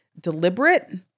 deliberate